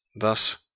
Thus